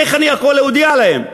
איך אני יכול להודיע להם?